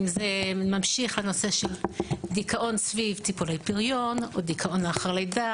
אם זה ממשיך לנושא של דכאון סביב טיפולי פריון או דכאון לאחר לידה,